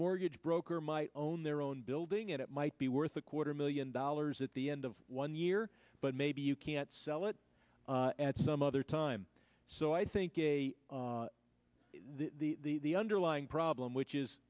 mortgage broker might own their own building and it might be worth a quarter million dollars at the end of one year but maybe you can't sell it at some other time so i think the underlying problem which is